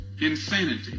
insanity